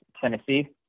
Tennessee